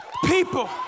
people